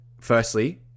firstly